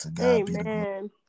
Amen